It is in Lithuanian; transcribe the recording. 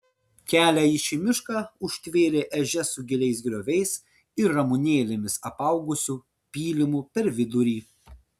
kelią į šį mišką užtvėrė ežia su giliais grioviais ir ramunėlėmis apaugusiu pylimu per vidurį